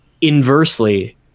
Inversely